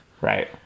Right